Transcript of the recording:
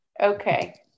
Okay